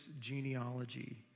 genealogy